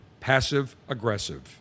Passive-aggressive